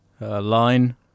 Line